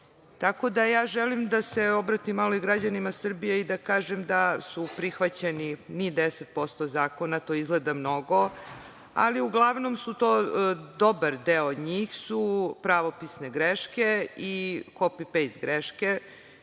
da ja želim da se obratim malo i građanima Srbije i da kažem da su prihvaćeni, ni deset posto zakona, to izgleda mnogo, ali uglavnom su to, dobar deo njih su pravopisne greške i kopipejst greške.